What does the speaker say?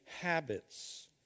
habits